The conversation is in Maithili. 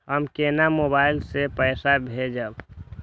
हम केना मोबाइल से पैसा भेजब?